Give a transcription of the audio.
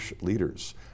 leaders